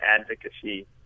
advocacy